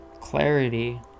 clarity